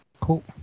cool